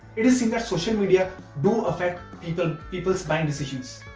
it is seen that social media do affect people's people's buying decisions.